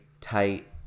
tight